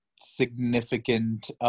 significant